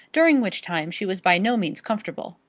during which time she was by no means comfortable.